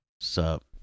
sup